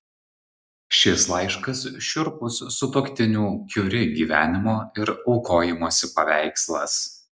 šis laiškas šiurpus sutuoktinių kiuri gyvenimo ir aukojimosi paveikslas